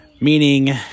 Meaning